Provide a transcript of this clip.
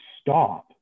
stop